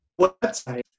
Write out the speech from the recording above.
Website